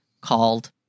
called